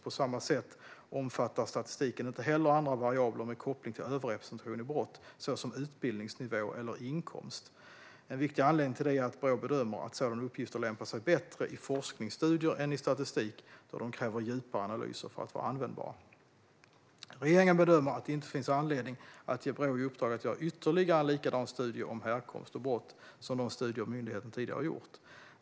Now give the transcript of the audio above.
På samma sätt omfattar statistiken inte heller andra variabler med koppling till överrepresentation i brott, såsom utbildningsnivå eller inkomst. En viktig anledning till det är att Brå bedömer att sådana uppgifter lämpar sig bättre i forskningsstudier än i statistik då de kräver djupare analyser för att vara användbara. Regeringen bedömer att det inte finns anledning att ge Brå i uppdrag att göra ytterligare en likadan studie om härkomst och brott som de studier myndigheten tidigare har gjort.